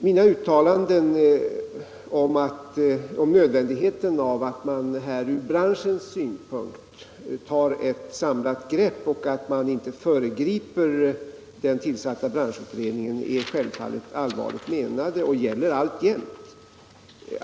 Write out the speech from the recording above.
Mina uttalanden om nödvändigheten från branschens synpunkt att ta ett samlat grepp och att den tillsatta branschutredningens arbete inte bör föregripas är självfallet allvarligt menade och gäller alltjämt.